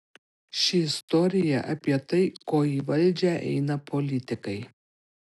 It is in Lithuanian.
ši istorija apie tai ko į valdžią eina politikai